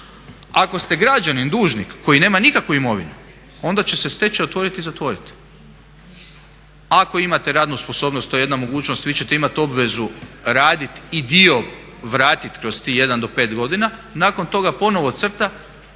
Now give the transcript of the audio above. Ako ste građanin dužnik koji nema nikakvu imovinu onda će se stečaj otvorit i zatvorit. Ako imate radnu sposobnost, to je jedna mogućnost, vi ćete imat obvezu radit i dio vratit kroz tih 1 do 5 godina, nakon toga ponovo crta